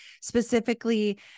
specifically